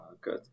Good